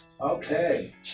Okay